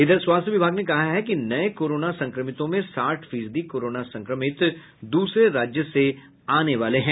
इधर स्वास्थ्य विभाग ने कहा है कि नये कोरोना संक्रमितों में साठ फीसदी कोरोना संक्रमित दूसरे राज्य से आने वाले हैं